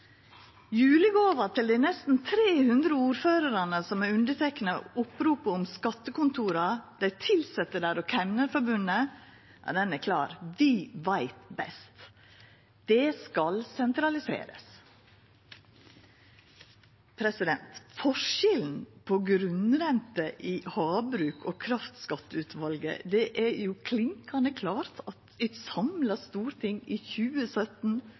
Julegåva til dei nesten 300 ordførarane som har underteikna oppropet om skattekontora, dei tilsette der og Kemnerforbundet er klar: «Vi veit best. Det skal sentraliserast.» Forskjellen på grunnrente i havbruk og kraftskatteutvalet: Det er jo klinkande klart. Eit samla storting behandla dette i 2017,